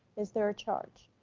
is there a charge?